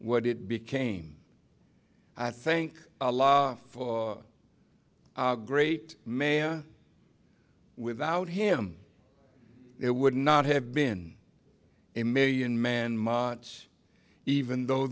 what it became i think a lot for great mayor without him it would not have been a million man march even though